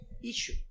issue